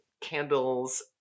candles